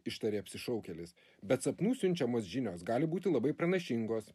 ištarė apsišaukėlis bet sapnų siunčiamos žinios gali būti labai pranašingos